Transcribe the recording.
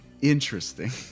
interesting